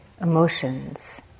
emotions